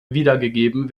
wiedergegeben